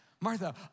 Martha